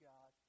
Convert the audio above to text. God